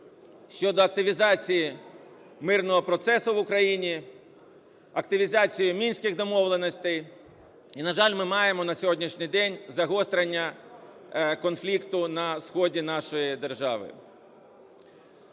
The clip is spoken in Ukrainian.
щодо активізації мирного процесу в Україні, активізації Мінських домовленостей, і, на жаль, ми маємо на сьогоднішній день загострення конфлікту на сході нашої держави.